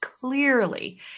clearly